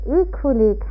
equally